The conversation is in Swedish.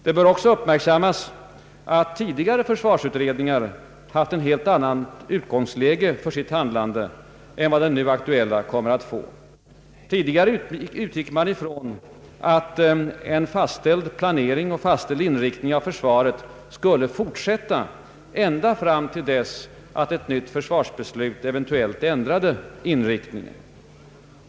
Det bör också uppmärksammas att tidigare försvarsutredningar haft ett helt annat utgångsläge för sitt handlande än vad den nu aktuella kommer att få. Tidigare utgick man ifrån att en fastställd planering och inriktning av försvaret skulle fortsätta ända fram till dess att ett nytt försvarsbeslut eventuellt ändrade inriktningen.